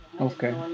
Okay